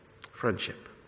Friendship